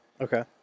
Okay